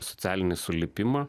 socialinį sulipimą